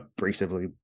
abrasively